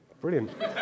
Brilliant